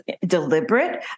deliberate